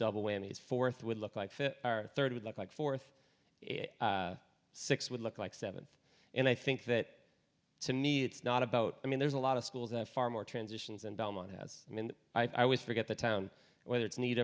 double whammy is fourth would look like our third would look like fourth six would look like seventh and i think that to me it's not about i mean there's a lot of schools that are far more transitions and belmont has i mean i always forget the town whether it's ne